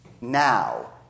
now